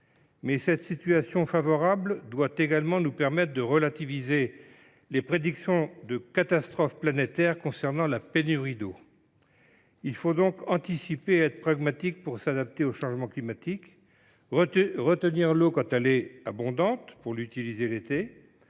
mais cette situation favorable doit nous permettre de relativiser les prédictions de catastrophes planétaires liées à la pénurie d’eau. Il faut donc anticiper et faire preuve de pragmatisme pour nous adapter au changement climatique : retenir l’eau quand elle est abondante afin de l’utiliser l’été,